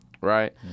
Right